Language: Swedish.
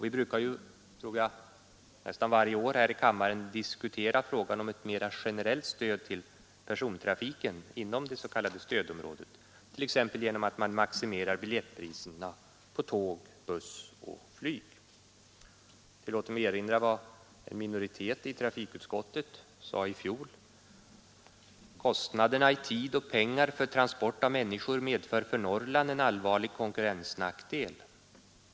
Vi brukar nästan varje år här i kammaren diskutera frågan om ett mera generellt stöd till persontrafiken inom det s.k. stödområdet, t.ex. genom maximering av biljettpriserna på tåg, buss och flyg. Jag tillåter mig erinra om vad en minoritet i trafikutskottet uttalade i fjol: ”Kostnaderna i tid och pengar för transport av människor medför för Norrland en allvarlig konkurrensnackdel.